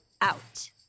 out